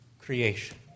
creation